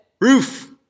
roof